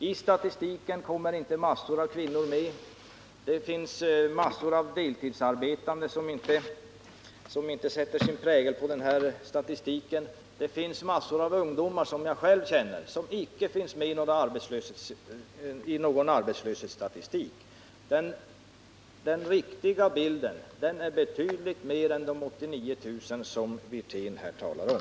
I statistiken kommer inte mängder av kvinnor med; det finns många deltidsarbetande som inte sätter sin prägel på den här statistiken och det finns massor av ungdomar, som jag själv känner, som icke finns med i någon arbetslöshetsstatistik. Den riktiga bilden visar betydligt fler än de 89 000 arbetslösa som statsrådet Wirtén talar om.